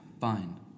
Fine